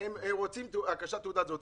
הם רוצים הקשת תעודה זהות.